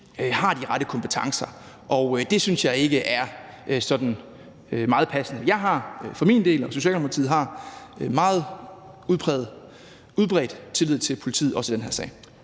har de rette kompetencer, og det synes jeg ikke er sådan meget passende. Jeg for min del og Socialdemokratiet har en meget udbredt tillid til politiet, også i den her sag.